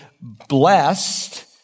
Blessed